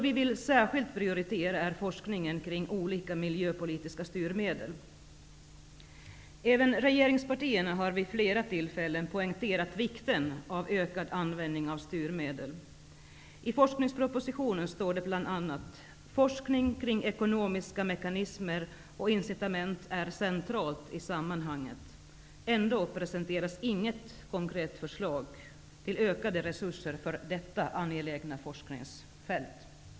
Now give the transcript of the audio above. Vi vill särskilt prioritera forskningen kring olika miljöpolitiska styrmedel. Även regeringspartierna har vid flera tillfällen poängterat vikten av en ökad användning av styrmedel. I forskningspropositionen står det bl.a. att ''forskning kring ekonomiska mekanismer och incitament är centralt i sammanhanget''. Ändå presenteras inget konkret förslag till ökade resurser för detta angelägna forskningsfält.